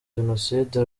jenoside